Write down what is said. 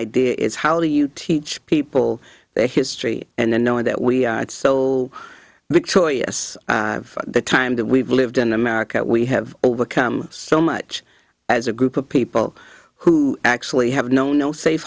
idea is how do you teach people their history and then knowing that we had so big choices of the time that we've lived in america we have overcome so much as a group of people who actually have known no safe